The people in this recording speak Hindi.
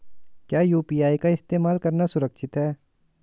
क्या यू.पी.आई का इस्तेमाल करना सुरक्षित है?